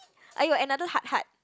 !aiyo! another heart heart